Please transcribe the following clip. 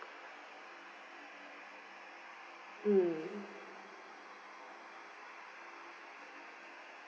mm